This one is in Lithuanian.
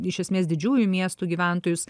iš esmės didžiųjų miestų gyventojus